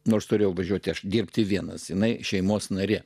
nors turėjau važiuoti dirbti vienas jinai šeimos narė